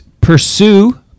pursue